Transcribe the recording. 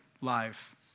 life